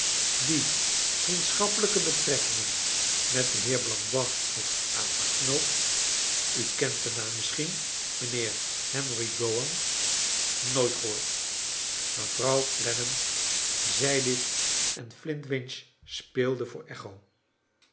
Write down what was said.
die vriendschappelijke betrekkingen met den heer blandois heeft aangeknoopt u kent den naam misschien mijnheer henry gowan nooit gehoord mevrouw clennam zei dit en flintwinch speeldc voor echo